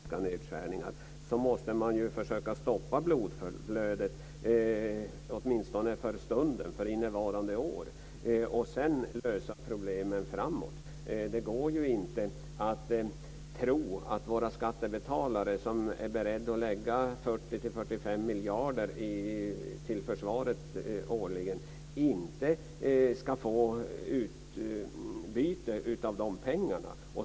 Herr talman! Man kan ha synpunkter på det här med ekonomistyrning. Visst är det uppenbart att det har varit en brist och är en brist. Men det är alldeles självklart, när det nu har gått fyra månader av det här året, att om man under 2001 måste göra drastiska nedskärningar måste man försöka att stoppa blodflödet åtminstone för stunden, för innevarande år, och sedan lösa problemen framåt. Det går inte att tro att våra skattebetalare, som är beredda att lägga 40-45 miljarder till försvaret årligen, inte ska få utbyte av de pengarna.